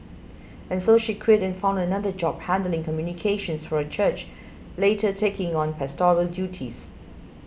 and so she quit and found another job handling communications for a church later taking on pastoral duties